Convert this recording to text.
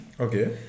Okay